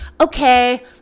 Okay